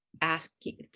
asking